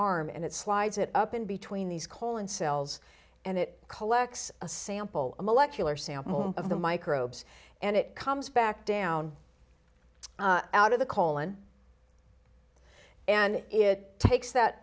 arm and it slides it up in between these colon cells and it collects a sample molecular sample of the microbes and it comes back down out of the colon and it takes that